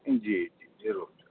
जी जरूर